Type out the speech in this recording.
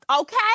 Okay